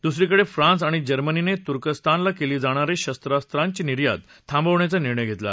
दुसरीकडे फ्रान्स आणि जर्मनीने तुर्कस्तानला केली जाणारी शरब्रांची निर्यात थांबवण्याचा निर्णय घेतला